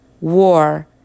war